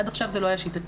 עד עכשיו זה לא היה שיטתי.